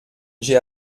j’ai